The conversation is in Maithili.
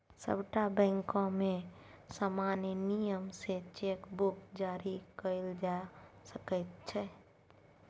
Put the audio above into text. सभटा बैंकमे समान नियम सँ चेक बुक जारी कएल जा सकैत छै